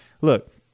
look